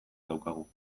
daukagu